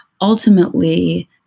Ultimately